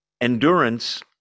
endurance